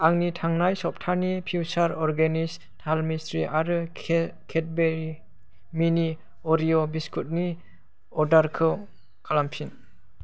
आंनि थांनाय सप्थाहनि फिउसार अर्गेनिक्स थाल मिस्रि आरो केडबेरि मिनि अरिय' बिस्कुटनि अर्डारखौ खालामफिन